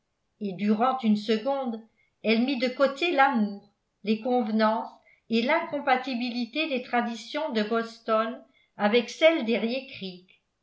et durant une seconde elle mit de côté l'amour les convenances et l'incompatibilité des traditions de boston avec celles